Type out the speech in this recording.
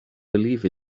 believe